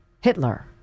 Hitler